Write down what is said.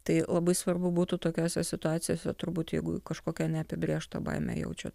tai labai svarbu būtų tokiose situacijose turbūt jeigu kažkokią neapibrėžtą baimę jaučiat